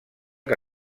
que